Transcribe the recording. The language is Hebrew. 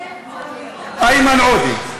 איימן עוֹדֶה.